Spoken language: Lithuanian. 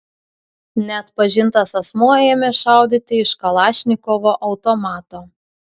neatpažintas asmuo ėmė šaudyti iš kalašnikovo automato